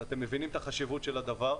אתם מבינים את החשיבות של הדבר.